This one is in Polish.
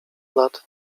lat